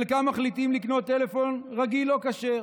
חלקם מחליטים לקנות טלפון רגיל, לא כשר.